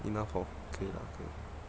enough hor 可以啦可以